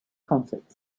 concert